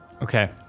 Okay